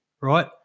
right